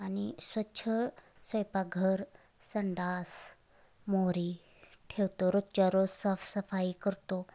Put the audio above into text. आणि स्वच्छ स्वयंपाकघर संडास मोरी ठेवतो रोजच्या रोज साफसफाई करतो